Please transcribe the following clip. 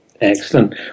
Excellent